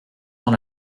dans